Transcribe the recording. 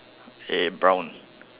eh brown